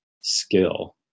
skill